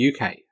UK